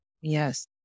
Yes